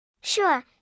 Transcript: Sure